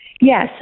yes